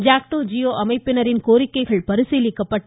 ஜாக்டோ ஜியோ அமைப்பினரின் கோரிக்கைகள் பரிசீலிக்கப்பட்டு